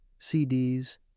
CDs